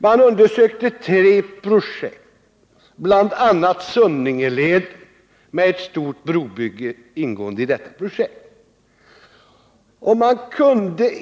Man undersökte tre projekt, bl.a. ett stort brobygge i Sunninge.